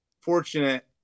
fortunate